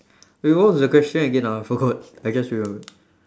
wait what was the question again ah I forgot I just remembered